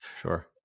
Sure